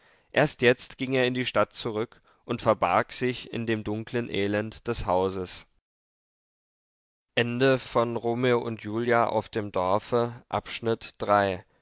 erst jetzt ging er in die stadt zurück und verbarg sich in dem dunkeln elend des hauses